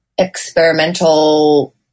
experimental